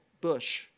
Bush